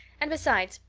and besides,